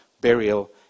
burial